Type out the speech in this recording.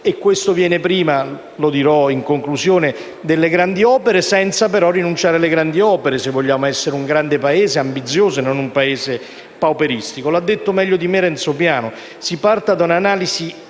questo viene prima (e lo ripeterò in conclusione) delle grandi opere, ma senza rinunciare alle grandi opere, se vogliamo essere un grande Paese, ambizioso e non pauperistico. Lo ha detto meglio di me Renzo Piano. Si parta da una analisi